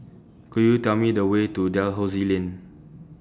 Could YOU Tell Me The Way to Dalhousie Lane